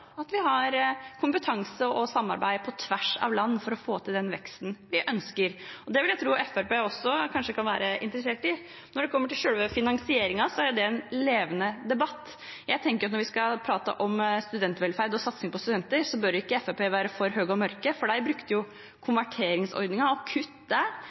kompetanse og samarbeid på tvers av land for å få til den veksten vi ønsker. Det vil jeg tro at Fremskrittspartiet også kan være interessert i. Når det gjelder selve finanseringen, er det en levende debatt. Jeg tenker at når vi skal prate om studentvelferd og satsing på studenter, bør ikke Fremskrittspartiet være for høye og mørke. De brukte konverteringsordningen og kutt der for å finansiere opp satsinger på studenter i forrige periode da de